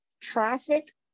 traffic